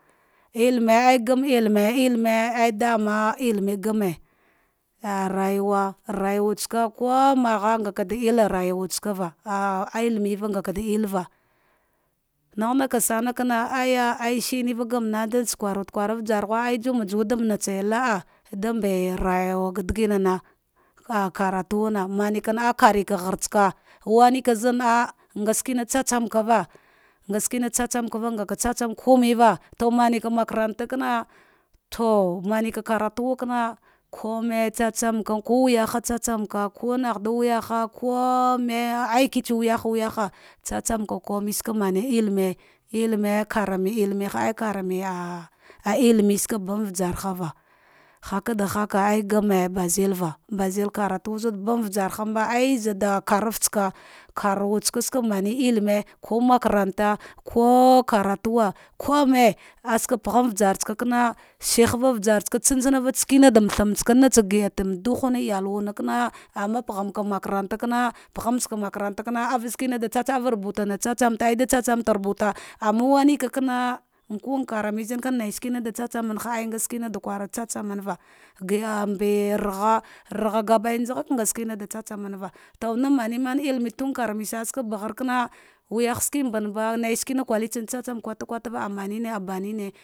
Ilime ay gane ilimag, iline el dana ilime ga gane ah rayuwa rayuwa tsaka laimagha naka da ilmarayuwa tsava ilimeva ngaka da ulva nar ghana sana kana aja el shir gamana dasai ujar nughu, ie juma juwa dan daa danbe rayuwa ga dagina ah karatuwona mane ka na'a karkagha tska waniƙa zama ngashina tsatsanva ngaka tsatsan kumella to maneka makaranta kame, to mane karatukana, kume tsatsan ka ko wajaha tsa tsanka ko ngha da wujaha to nne alkatsa wayah wuyaha tsatsaka waske mame ili skbam usarva haka da kaka ya game ba zulua bazdkaratu zade bam usahambe karf isa karawuta tsa ihine ko makaranta ko karatuwa ko mai azka bagham usartsakana shib va ujaragh tsan tsan da magha ka kagi da madugu tsa iyalwa pa ghentsa makarata su shukwa da tsatam rubuta mna wayena kak ama ukaramzakana ngha shida tsatsamaka gida dema ragha aya ragha digaskiya nga tsatsanva ragh gabadaya njaghaka to na maman thine ka rami sana skaba ghakana nai shnce kultsum wayah ske manbe nanske kaiyetsane tsatsam kokata ita abatune.